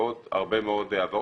ועוד הרבה הבהרות.